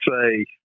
say